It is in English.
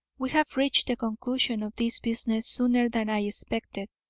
we have reached the conclusion of this business sooner than i expected,